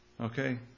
Okay